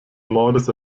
mordes